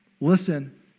Listen